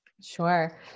Sure